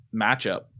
matchup